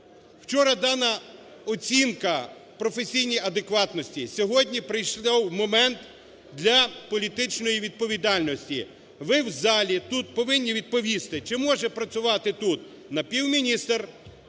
Вчора дана оцінка професійній адекватності, сьогодні прийшов момент для політичної відповідальності. Ви в залі тут повинні відповісти, чи може працювати тут напівміністр,